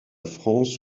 france